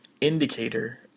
indicator